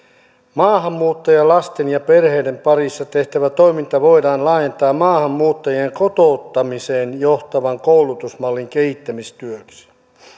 maahanmuuttajalasten ja perheiden parissa tehtävä toiminta voidaan laajentaa maahanmuuttajien kotoutumiseen johtavan koulutusmallin kehittämistyöksi